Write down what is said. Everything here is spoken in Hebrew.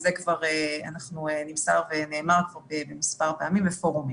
וזה כבר נמסר ונאמר מספר פעמים בפורומים.